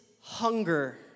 hunger